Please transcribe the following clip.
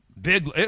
big